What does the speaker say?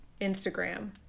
Instagram